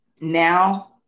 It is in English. now